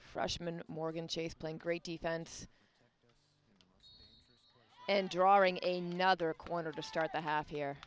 freshman morgan chase playing great defense and drawing a nother corner to start the half here